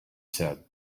said